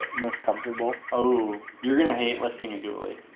most comfortable? ooh. you're going to hate lifting a dooley.